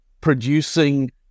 producing